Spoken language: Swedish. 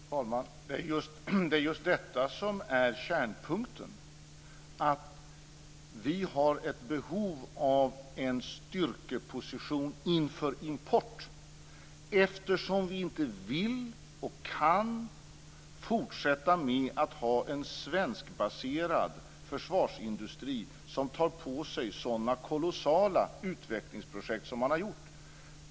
Fru talman! Det är just detta som är kärnpunkten, att vi har ett behov av att ha en styrkeposition inför import, eftersom vi inte vill och inte kan fortsätta med att ha en svenskbaserad försvarsindustri som tar på sig sådana kolossala utvecklingsprojekt som man har gjort.